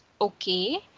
okay